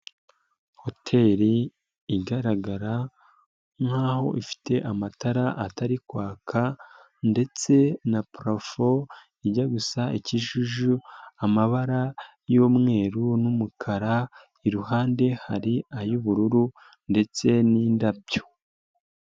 Hoteli igaragara nk'aho ifite amatara atari kwaka ndetse na purafo ijya gusa ikijuju, amabara y'umweru n'umukara, iruhande hari ay'ubururu ndetse n'indabyo.